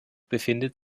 befindet